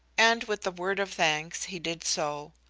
and with a word of thanks he did so.